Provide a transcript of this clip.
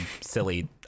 silly